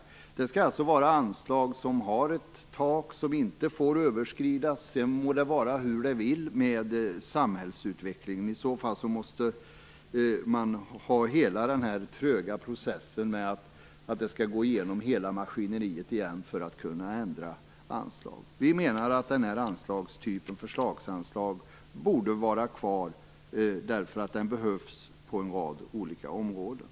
Anslagen skall ha ett tak som inte får överskridas, sedan må det vara hur det vill med samhällsutvecklingen. Skall anslagen ändras måste alltså hela den tröga processen upprepas och ärendet gå igenom hela maskineriet igen. Vi menar att den här anslagstypen, förslagsanslag, borde finnas kvar, eftersom den behövs på en rad olika områden.